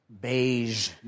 beige